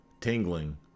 tingling